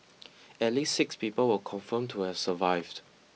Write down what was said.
at least six people were confirmed to have survived